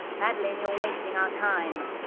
madeleine, you're wasting our time!